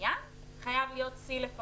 בבניין חייב להיות C לפחות.